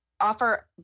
offer